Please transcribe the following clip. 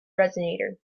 resonator